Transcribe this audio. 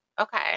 Okay